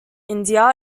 india